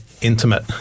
intimate